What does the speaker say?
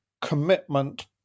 commitment